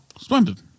Splendid